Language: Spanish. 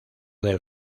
del